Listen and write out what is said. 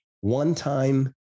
one-time